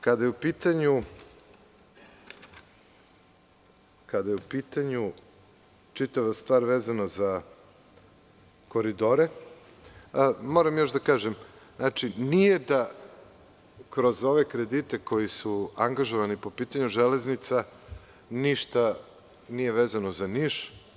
Kada je u pitanju čitava stvar vezano za „Koridore“, moram još da kažem, nije da kroz ove kredite koji su angažovani po pitanju železnica, ništa nije vezano za Niš.